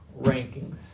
rankings